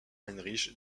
heinrich